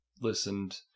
listened